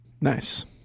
Nice